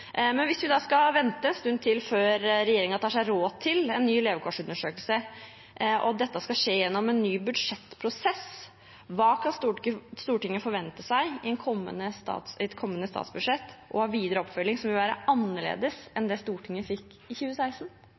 Hvis vi må vente en stund til før regjeringen tar seg råd til en ny levekårsundersøkelse, og hvis dette skal skje gjennom en ny budsjettprosess – hva kan Stortinget forvente seg i et kommende statsbudsjett og av videre oppfølging som vil være annerledes enn det Stortinget fikk i 2016?